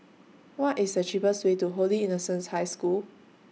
What IS The cheapest Way to Holy Innocents' High School